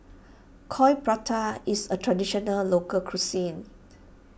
Coin Prata is a Traditional Local Cuisine